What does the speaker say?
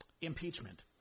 impeachment